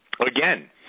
again